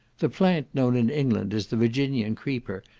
the plant known in england as the virginian creeper,